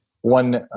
one